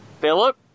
Philip